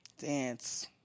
dance